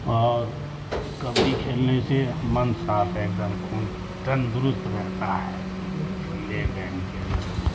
اور کبڈی کھیلنے سے من صاف ایک دم خون تندرست رہتا ہے لے بین کے